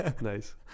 Nice